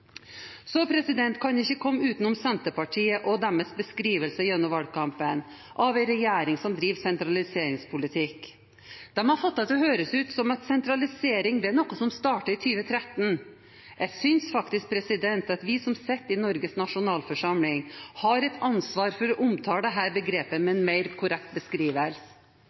Så kan jeg ikke komme utenom Senterpartiet og deres beskrivelse gjennom valgkampen av en regjering som driver sentraliseringspolitikk. De har fått det til å høres ut som at sentralisering er noe som startet i 2013. Jeg synes faktisk at vi som sitter i Norges nasjonalforsamling, har et ansvar for å omtale dette begrepet med en mer korrekt beskrivelse.